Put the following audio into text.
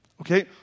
Okay